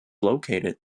located